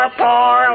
poor